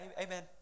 Amen